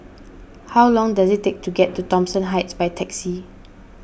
how long does it take to get to Thomson Heights by taxi